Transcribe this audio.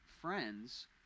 friends